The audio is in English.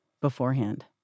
beforehand